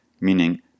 meaning